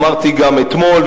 אמרתי גם אתמול,